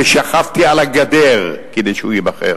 ושכבתי על הגדר כדי שהוא ייבחר.